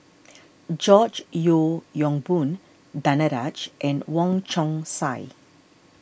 George Yeo Yong Boon Danaraj and Wong Chong Sai